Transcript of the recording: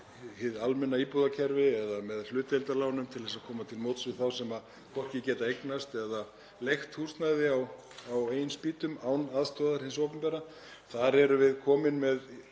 hlutdeildarlánum til að koma til móts við þá sem hvorki geta eignast eða leigt húsnæði upp á eigin spýtur, án aðstoðar hins opinbera. Þar erum við komin með